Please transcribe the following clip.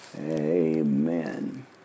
Amen